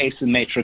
asymmetric